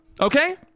okay